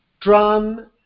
drum